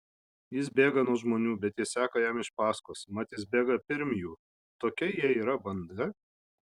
jis bėga nuo žmonių bet tie seka jam iš paskos mat jis bėga pirm jų tokia jie yra banda